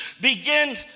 begin